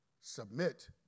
submit